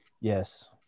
Yes